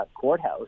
courthouse